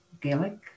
Gaelic